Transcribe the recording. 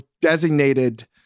designated